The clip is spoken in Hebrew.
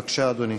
בבקשה, אדוני.